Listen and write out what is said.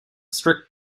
strict